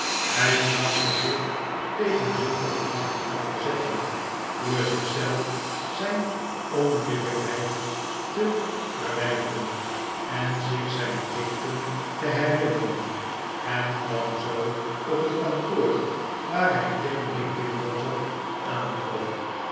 hij trachtte zich tegen zulke gedachten te verzetten door zich zelf zijn onbillijkheid te verwijten en zich zijn plichten te herinneren en kwam zoo op het kantoor waar hij tim linkinwater aantrof